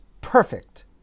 perfect